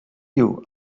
you